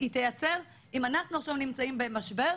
אם אנחנו עכשיו נמצאים במשבר,